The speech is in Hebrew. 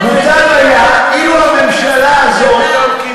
מוטב היה אילו הממשלה הזאת,